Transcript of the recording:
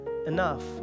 enough